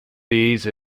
these